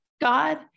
God